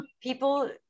people